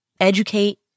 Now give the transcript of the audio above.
educate